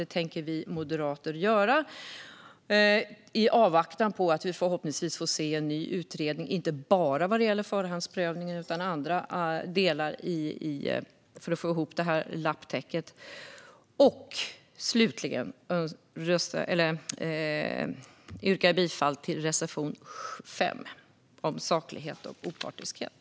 Det tänker vi moderater göra, i avvaktan på att vi förhoppningsvis får se en ny utredning gällande inte bara förhandsprövningen utan även andra delar för att få ihop detta lapptäcke. Slutligen yrkar jag bifall till reservation 5 om saklighet och opartiskhet.